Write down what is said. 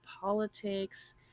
politics